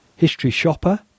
historyshopper